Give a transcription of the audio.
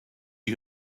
you